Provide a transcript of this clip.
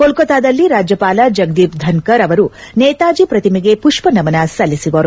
ಕೊಲ್ಕತಾದಲ್ಲಿ ರಾಜ್ಯಪಾಲ ಜಗದೀಪ್ ಧನ್ನರ್ ಅವರು ನೇತಾಜಿ ಪ್ರತಿಮೆಗೆ ಪುಷ್ವನಮನ ಸಲ್ಲಿಸುವರು